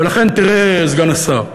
ולכן, תראה, סגן השר,